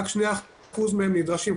רק 2% מהם נדרשים.